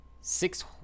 six